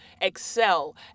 excel